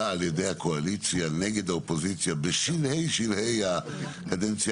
על ידי הקואליציה נגד האופוזיציה בשלהי שלהי הקדנציה